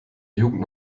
jugend